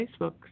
Facebook